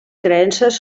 creences